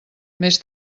més